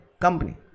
company